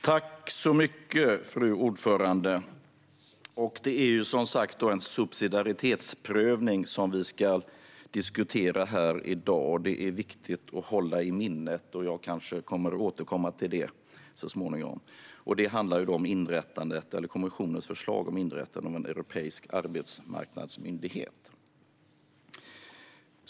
Fru talman! Det är en subsidiaritetsprövning som vi ska diskutera i dag, och det är viktigt att hålla i minnet. Jag kommer kanske att återkomma till det så småningom. Det handlar om kommissionens förslag om inrättande av Europeiska arbetsmyndigheten.